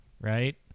right